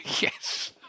Yes